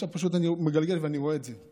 עכשיו פשוט אני מגלגל ואני רואה את זה.